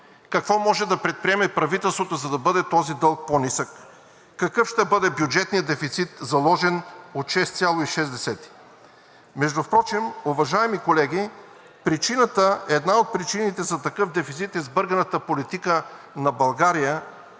какво може да предприеме правителството, за да бъде този дълг по-нисък, какъв ще бъде бюджетният дефицит, заложен от 6,6%. Впрочем, уважаеми колеги, една от причините за такъв дефицит е сбърканата политика на България